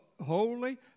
holy